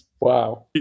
wow